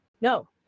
no